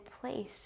place